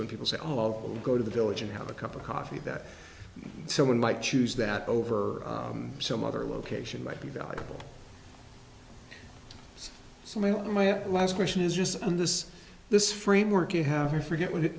when people say i'll go to the village and have a cup of coffee that someone might choose that over some other location might be valuable so my last question is just on this this framework you have your forget what i